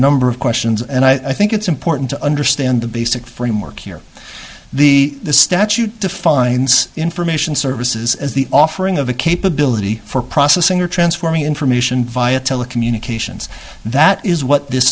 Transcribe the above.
number of questions and i think it's important to understand the basic framework here the statute defines information services as the offering of a capability for processing or transforming information via telecommunications that is what this